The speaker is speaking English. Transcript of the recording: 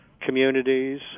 communities